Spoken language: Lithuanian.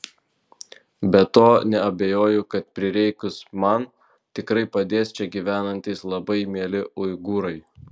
be to neabejoju kad prireikus man tikrai padės čia gyvenantys labai mieli uigūrai